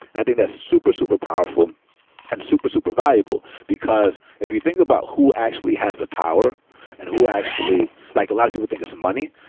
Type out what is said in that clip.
i think that's super, super powerful and super, super valuable, because if you think about who actually has the power and who actually like a lot of people think it's money.